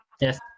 Yes